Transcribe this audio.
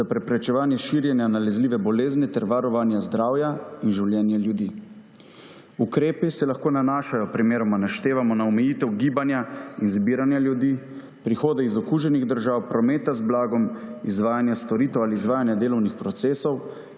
za preprečevanje širjenja nalezljive bolezni ter varovanje zdravja in življenja ljudi. Ukrepi se lahko nanašajo, primeroma naštevamo, na omejitev gibanja in zbiranja ljudi, prihodov iz okuženih držav, prometa z blagom, izvajanja storitev ali izvajanja delovnih procesov,